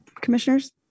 commissioners